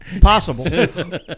Possible